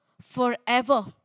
forever